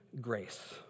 grace